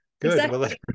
good